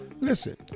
Listen